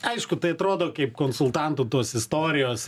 aišku tai atrodo kaip konsultantų tos istorijos